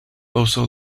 also